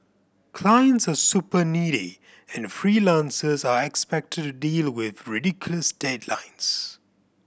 clients are super needy and freelancers are expected to deal with ridiculous deadlines